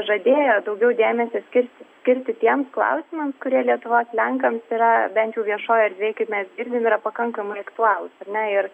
žadėjo daugiau dėmesio skirti skirti tiems klausimams kurie lietuvos lenkams yra bent viešoj erdvėj kaip mes girdim yra pakankamai aktualūs ar ne ir